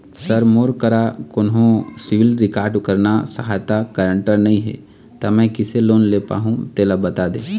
sir मोर करा कोन्हो सिविल रिकॉर्ड करना सहायता गारंटर नई हे ता मे किसे लोन ले पाहुं तेला बता दे